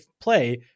play